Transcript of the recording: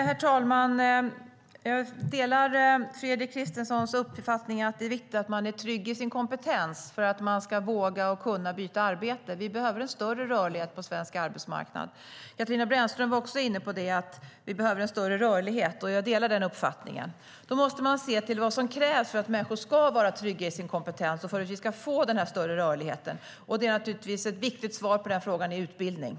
Herr talman! Jag delar Fredrik Christenssons uppfattning att det är viktigt att man är trygg i sin kompetens för att man ska våga och kunna byta arbete. Vi behöver en större rörlighet på svensk arbetsmarknad. Katarina Brännström var också inne på att det behövs en större rörlighet. Jag delar den uppfattningen. Vi måste se till vad som krävs för att människor ska vara trygga i sin kompetens och för att vi ska få den större rörligheten. Ett viktigt svar på den frågan är utbildning.